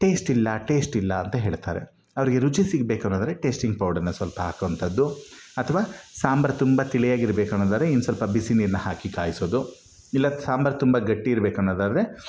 ಟೇಸ್ಟಿಲ್ಲ ಟೇಸ್ಟಿಲ್ಲ ಅಂತ ಹೇಳ್ತಾರೆ ಅವರಿಗೆ ರುಚಿ ಸಿಗಬೇಕು ಅನ್ನೋದಾದರೆ ಟೇಸ್ಟಿಂಗ್ ಪೌಡರ್ನ ಸ್ವಲ್ಪ ಹಾಕುವಂಥದ್ದು ಅಥವಾ ಸಾಂಬಾರ್ ತುಂಬ ತಿಳಿಯಾಗಿರಬೇಕು ಅನ್ನೋದಾರೆ ಇನ್ನು ಸ್ವಲ್ಪ ಬಿಸಿ ನೀರನ್ನ ಹಾಕಿ ಕಾಯಿಸೋದು ಇಲ್ಲ ಸಾಂಬಾರು ತುಂಬ ಗಟ್ಟಿ ಇರಬೇಕನ್ನೋದಾದ್ರೆ